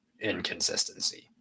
inconsistency